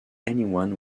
anyone